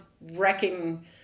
wrecking